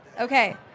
Okay